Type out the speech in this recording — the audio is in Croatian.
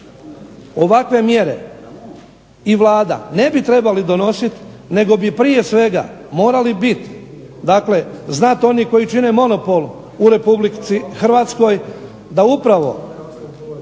ovakve mjere i Vlada ne bi trebali donositi nego bi prije svega morali biti, znate oni koji čine monopol u republici Hrvatskoj da upravo